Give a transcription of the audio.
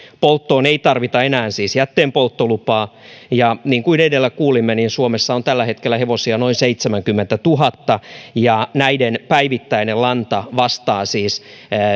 polttoon ei siis tarvita enää jätteenpolttolupaa ja niin kuin edellä kuulimme suomessa on tällä hetkellä hevosia noin seitsemänkymmentätuhatta ja näiden päivittäinen lanta vastaa siis